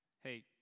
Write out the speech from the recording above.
hey